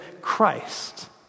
Christ